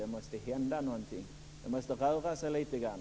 Det måste hända något. Det måste röra sig lite grann.